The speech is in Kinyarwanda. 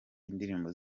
indirimbo